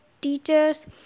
teachers